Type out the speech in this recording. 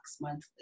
monthly